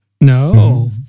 No